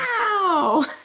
Wow